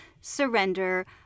surrender